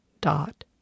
dot